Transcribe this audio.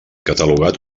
catalogat